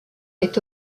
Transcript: est